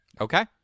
Okay